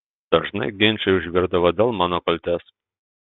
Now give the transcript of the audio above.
dažnai ginčai užvirdavo dėl mano kaltės